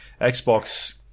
Xbox